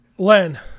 Len